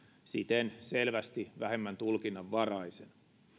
siten selvästi vähemmän tulkinnanvaraisen